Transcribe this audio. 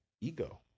ego